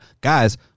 Guys